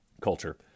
culture